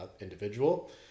individual